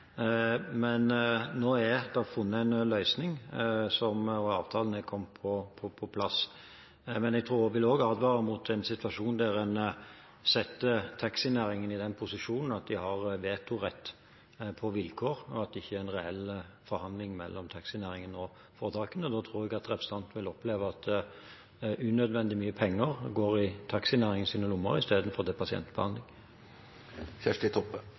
Men nå er det funnet en løsning, og avtalen er kommet på plass. Jeg tror også jeg vil advare mot en situasjon der en setter taxinæringen i den posisjonen at de har vetorett på vilkår, og at det ikke er en reell forhandling mellom taxinæringen og foretakene. Da tror jeg at representanten vil oppleve at unødvendig mye penger går i taxinæringens lommer istedenfor til pasientbehandling.